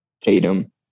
Tatum